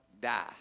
die